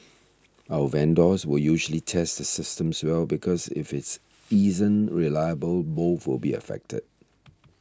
our vendors will usually test the systems well because if it isn't reliable both will be affected